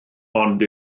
ond